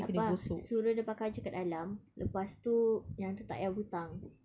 takpe ah suruh dia pakai baju kat dalam lepas tu yang tu tak payah butang